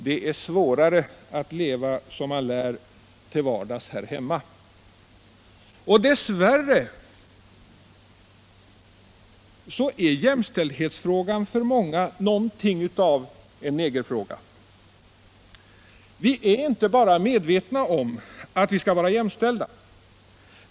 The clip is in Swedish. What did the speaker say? Det är svårare att leva som man lär till vardags här hemma. Och dess värre är jämställdhetsfrågan för många någonting av en negerfråga. Vi är inte bara medvetna om att vi skall vara jämställda.